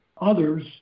others